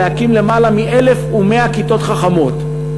להקים למעלה מ-1,100 כיתות חכמות.